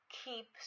keep